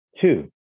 Two